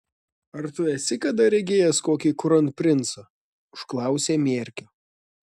ar tu esi kada regėjęs kokį kronprincą užklausė mierkio